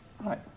right